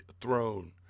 throne